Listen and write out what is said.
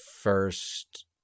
first